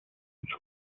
чуть